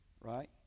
right